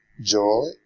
Joy